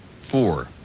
four